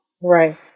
Right